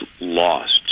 lost